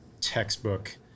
textbook